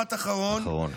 משפט אחרון,